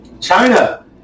China